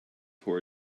for